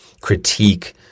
critique